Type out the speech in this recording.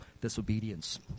Disobedience